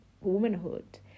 womanhood